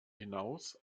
hinaus